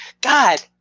God